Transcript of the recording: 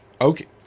okay